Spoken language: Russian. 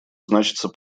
значится